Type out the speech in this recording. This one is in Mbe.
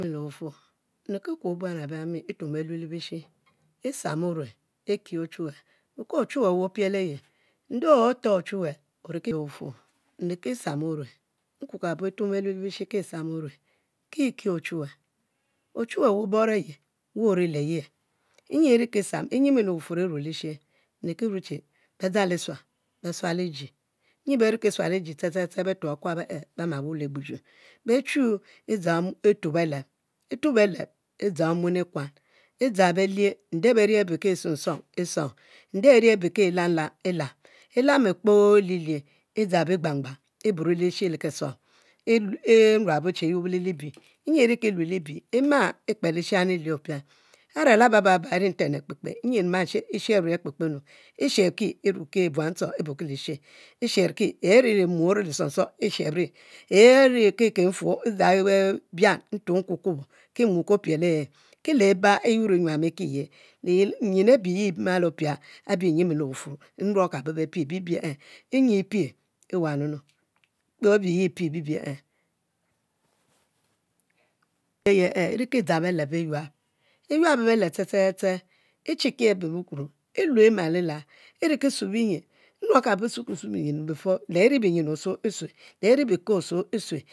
Nyimu le wufuor nriki kuo buan abami e'tuomb belu le-bishi e'sam orue e'kie ochuwe beco ochuwue we opiel e'ye nde otor ichuwue, nriki sam orue nrue abo tuomb belu le-bishi, e sam orue ki e’ ki ochuwe ochuwe we obore ye wu ori leye nnyi e'rikisam nyimu le wufuor e'rue le she nri ki rue chie be dzang lisual besual eji nyi beriki sual iji ste ste ste befuo akuab e'e’ bema wur e'dzang e'tuo beleb, e'tuo beleb, e'dzang omuen ekuan e'dzang bielie, nde beri abe ki e'sunsuong e’ esuong nde e'ri ayi ki lam lam e'lum e'lam, e'lam kpoo e'lilie e dzang bigbangban e'buro kpoo le kisuom e'ruabo che e'yubo le libie, nyi e'riki lue le libie e'ma e'kper lishang e'ye opia, a're laba baba e'ri nten akpekpe, nyi mma, e'shebki akper nu e ruki buan ntchong e burki lishe, e'shebki ye rely mu ori li suongsuong e'shebri ye ri ki kiu fu odzang bian nkukubo, ki mu ke opielo e ki liba e'yuor nyuam e'kiyr binyin abi ye e'malo pia nyem kabo le wufuor bibie e’ nyi e’ pie e'wanuwanu kpoo abe ye e'pie bibie e’ aye e’ riki dzang beleb e'yuab ye bom ste e'chikie abebe kpo e'lue e'ma lilal nruo kabo sulisue binyin before leri binyin osuo e'suli le re binyin le ri bike osue e'suli